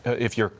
if you're